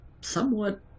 somewhat